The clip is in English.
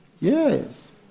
Yes